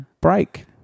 break